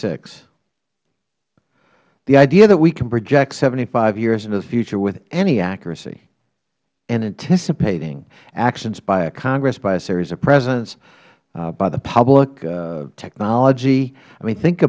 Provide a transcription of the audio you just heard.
six the idea that we can project seventy five years into the future with any accuracy and anticipating actions by a congress by a series of presidents by the public technology i mean think